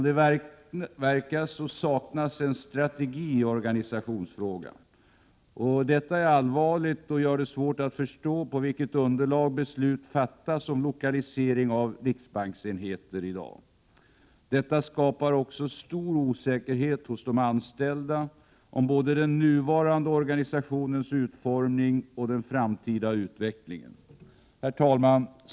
Det verkar saknas en strategi i organisationsfrågan. Detta är allvarligt och gör det svårt att förstå på vilket underlag beslut har fattats om lokalisering av riksbanksenheter. Detta skapar också en osäkerhet hos de anställda om såväl den nuvarande organisationens utformning som den framtida utvecklingen. Herr talman!